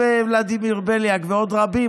ולדימיר בליאק ועוד רבים.